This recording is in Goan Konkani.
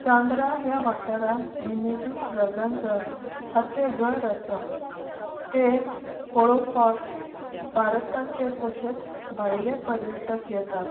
चांद्रा ह्या वाठारान मिनेजीस ब्रगांज हाचे घर आसा ते पळोवपाक भारताचे तशेंच भायले पर्यटक येतात